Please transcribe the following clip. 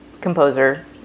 composer